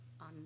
on